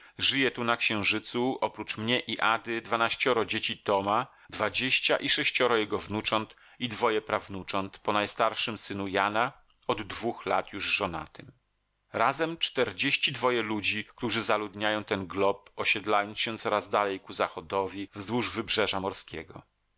żyje tu na księżycu oprócz mnie i ady dwanaścioro dzieci toma dwadzieścia i sześcioro jego wnucząt i dwoje prawnucząt po najstarszym synu jana od dwóch lat już żonatym razem czterdzieści dwoje ludzi którzy zaludniają ten glob osiedlając się coraz dalej ku zachodowi wzdłuż wybrzeża morskiego